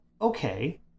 Okay